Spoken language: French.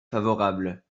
favorable